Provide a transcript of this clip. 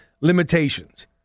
limitations